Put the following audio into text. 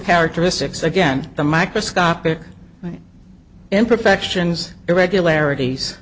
characteristics again the microscopic imperfections irregularities